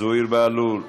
זוהיר בהלול,